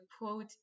quote